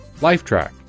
Lifetrack